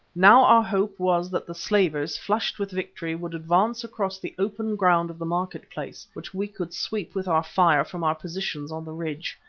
now our hope was that the slavers, flushed with victory, would advance across the open ground of the market-place, which we could sweep with our fire from our position on the ridge.